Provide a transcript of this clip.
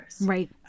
Right